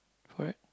what